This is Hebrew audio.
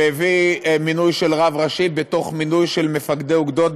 והביא מינוי של רב ראשי בתוך מינוי של מפקדי אוגדות,